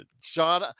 Sean